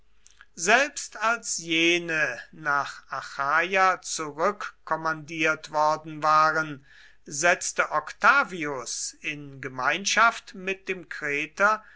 selbst als jene nach achaia zurückkommandiert worden waren setzte octavius in gemeinschaft mit dem kreter